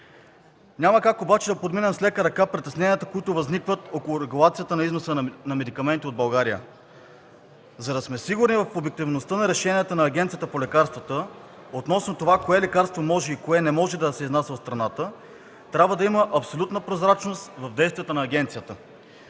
Няма как обаче да подминем с лека ръка притесненията, които възникват около регулацията на износа на медикаменти от България. За да сме сигурни в обективността на решенията на Агенцията по лекарствата относно това кое лекарство може и кое не може да се изнася от страната, трябва да има абсолютна прозрачност в действията на агенцията.